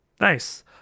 Nice